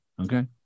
Okay